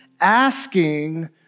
asking